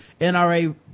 nra